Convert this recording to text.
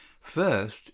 First